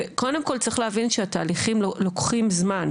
קודם כל צריך להבין שהתהליכים לוקחים זמן,